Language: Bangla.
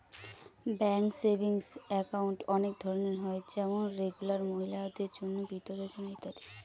ব্যাঙ্কে সেভিংস একাউন্ট অনেক ধরনের হয় যেমন রেগুলার, মহিলাদের জন্য, বৃদ্ধদের ইত্যাদি